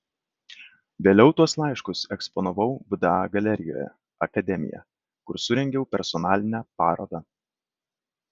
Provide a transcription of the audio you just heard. vėliau tuos laiškus eksponavau vda galerijoje akademija kur surengiau personalinę parodą